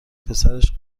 پسرش